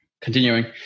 continuing